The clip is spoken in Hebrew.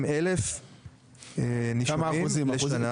אלף נישומים בשנה.